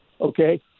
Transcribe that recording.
okay